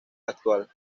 actual